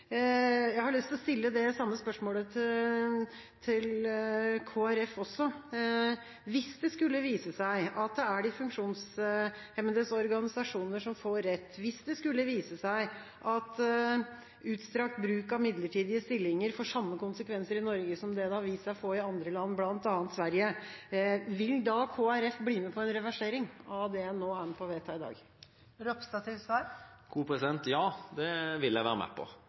Jeg har lyst til å stille det samme spørsmålet til Kristelig Folkeparti. Hvis det skulle vise seg at det er de funksjonshemmedes organisasjoner som får rett, hvis det skulle vise seg at utstrakt bruk av midlertidige stillinger får samme konsekvenser i Norge som det har vist seg å få i andre land, bl.a. Sverige, vil da Kristelig Folkeparti bli med på en reversering av det de nå er med på å vedta i dag? Ja, det vil jeg være med på.